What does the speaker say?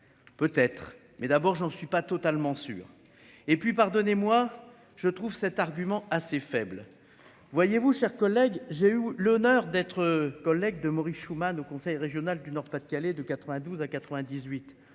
peut être, mais d'abord, j'en suis pas totalement sûr et puis pardonnez-moi je trouve cet argument assez faible, voyez-vous, cher collègue, j'ai eu l'honneur d'être collègues de Maurice Schumann au conseil régional du Nord-Pas-de-Calais, de 92 à 98